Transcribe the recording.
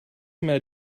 met